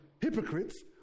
hypocrites